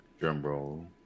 Drumroll